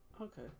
okay